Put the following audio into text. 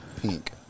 Pink